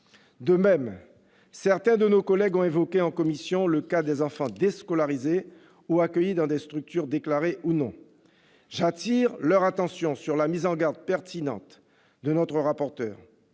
De même, certains de nos collègues ont évoqué en commission le cas des enfants déscolarisés ou accueillis dans des structures déclarées ou non. J'attire leur attention sur la mise en garde pertinente de notre rapporteur.